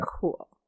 Cool